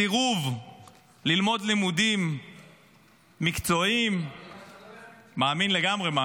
סירוב ללמוד לימודים מקצועיים --- אתה מאמין למה שאתה מדבר?